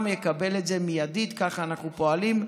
יקבל גם את זה, מיידית, ככה אנחנו פועלים.